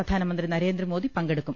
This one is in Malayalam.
പ്രധാനമന്ത്രി നരേന്ദ്രമോദി പങ്കെടുക്കും